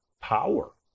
power